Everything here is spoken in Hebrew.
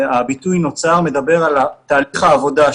הביטוי "נוצר לפי חוק זה" מדבר על תהליך העבודה,